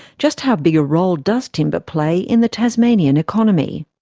just how big a role does timber play in the tasmanian economy?